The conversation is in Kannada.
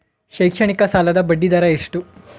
ಶೈಕ್ಷಣಿಕ ಸಾಲದ ಬಡ್ಡಿ ದರ ಎಷ್ಟು?